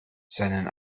seinen